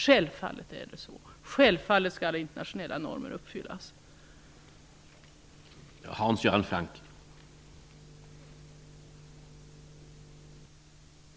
Självfallet är det så. Alla internationella normer skall självfallet uppfyllas.